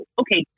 okay